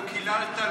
לא קיללת,